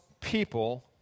people